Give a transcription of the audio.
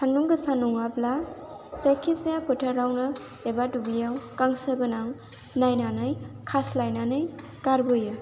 सान्दुं गोसा नङाब्ला जायखि जाया फोथारावनो एबा दुब्लियाव गांसो गोनां नायनानै खास्लायनानै गारबोयो